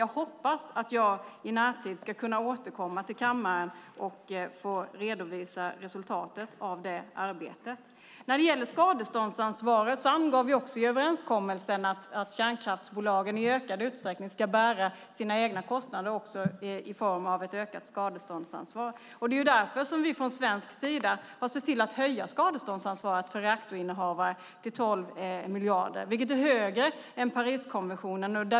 Jag hoppas att jag i närtid ska kunna återkomma till kammaren och redovisa resultatet av det arbetet. När det gäller skadeståndsansvaret angav vi i överenskommelsen att kärnkraftsbolagen i ökad utsträckning ska bära sina egna kostnader också i form av ett ökat skadeståndsansvar. Det är därför som vi från svensk sida har sett till att höja skadeståndsansvaret för reaktorinnehavare till 12 miljarder, vilket är högre än i Pariskonventionen.